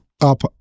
up